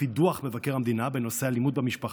לפי דוח מבקר המדינה בנושא אלימות במשפחה,